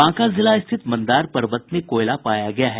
बांका जिला स्थित मंदार पर्वत में कोयला पाया गया है